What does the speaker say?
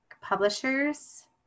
publishers